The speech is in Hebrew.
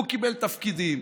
והוא קיבל תפקידים